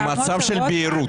לטעמו של רוטמן אין אי-בהירות.